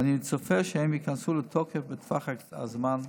ואני צופה שהן ייכנסו לתוקף בטווח הזמן הקרוב.